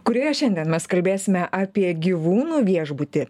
kurioje šiandien mes kalbėsime apie gyvūnų viešbutį